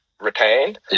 retained